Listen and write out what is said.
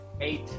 eight